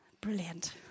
Brilliant